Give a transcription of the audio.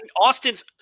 Austin's